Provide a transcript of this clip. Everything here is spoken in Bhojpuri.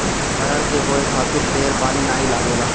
अरहर के बोए खातिर ढेर पानी नाइ लागेला